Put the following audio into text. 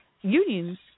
unions